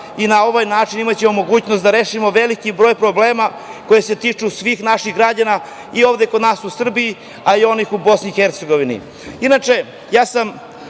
i na ovaj način imaćemo mogućnost da rešimo veliki broj problema koji se tiču svih naših građana i ovde kod nas u Srbiji, a i onih u Bosni